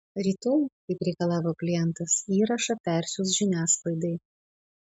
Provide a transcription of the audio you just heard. rytoj kaip reikalavo klientas įrašą persiųs žiniasklaidai